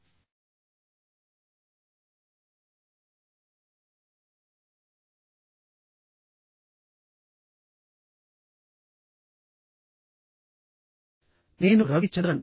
నేను కాన్పూర్ ఐఐటికి చెందిన రవి చంద్రన్